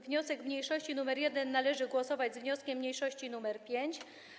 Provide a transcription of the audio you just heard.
Wniosek mniejszości nr 1 należy głosować z wnioskiem mniejszości nr 5.